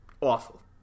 awful